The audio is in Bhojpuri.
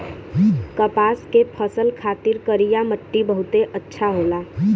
कपास के फसल खातिर करिया मट्टी बहुते अच्छा होला